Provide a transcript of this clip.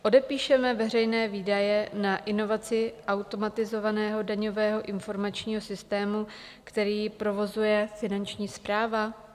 Odepíšeme veřejné výdaje na inovaci automatizovaného daňového informačního systému, který provozuje Finanční správa?